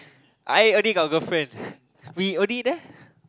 I already got girlfriend we only there